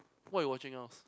what you watching else